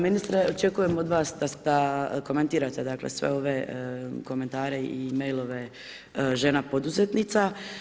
Ministre očekujem od vas da komentirate, dakle sve ove komentare i mailove žena poduzetnica.